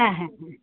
হ্যাঁ হ্যাঁ হ্যাঁ